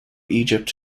egypt